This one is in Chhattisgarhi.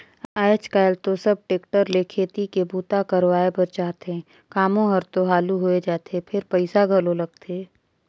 आयज कायल तो सब टेक्टर ले खेती के बूता करवाए बर चाहथे, कामो हर तो हालु होय जाथे फेर पइसा घलो लगथे